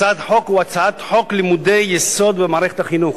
הצעת החוק היא הצעת חוק לימודי יסוד במערכת החינוך.